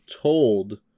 told